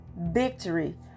victory